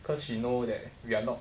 because we know that we are not